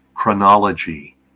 chronology